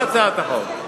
זאת הצעת החוק.